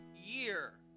year